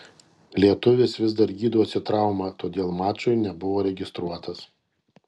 lietuvis vis dar gydosi traumą todėl mačui nebuvo registruotas